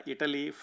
Italy